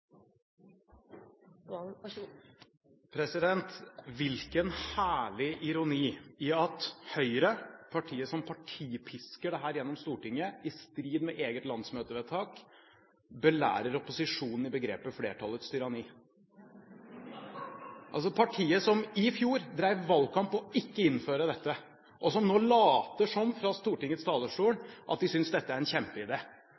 Hvilken herlig ironi i at Høyre, partiet som partipisker dette gjennom Stortinget, i strid med eget landsmøtevedtak, belærer opposisjonen i begrepet «flertallets tyranni»! Dette er altså partiet som i fjor drev valgkamp på ikke å innføre dette, og som nå fra Stortingets talerstol later som